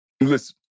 Listen